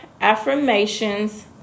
affirmations